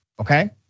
okay